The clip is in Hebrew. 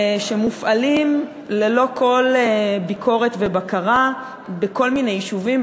שמופעלים ללא כל ביקורת ובקרה בכל מיני יישובים,